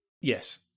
Yes